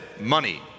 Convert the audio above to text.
money